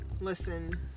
listen